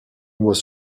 was